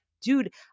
dude